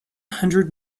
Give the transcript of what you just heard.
hundred